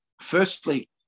firstly